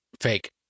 Fake